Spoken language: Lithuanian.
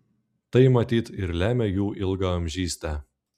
tai matyt ir lemia jų ilgaamžystę